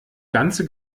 ganze